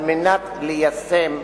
על מנת ליישם,